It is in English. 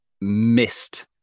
missed